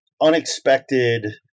unexpected